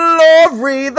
Glory